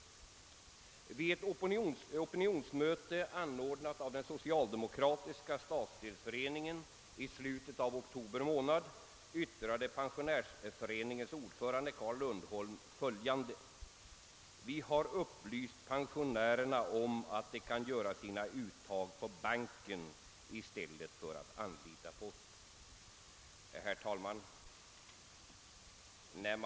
Vid ett opinionsmöte ordnat av den socialdemokratiska stadsdelsföreningen i slutet av oktober månad yttrade pensionärsföreningens ordförande Karl Lundholm följande: »Vi har upplyst pensionärerna om att de kan göra sina uttag på banken i stället för att anlita posten.» Herr talman!